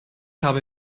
habe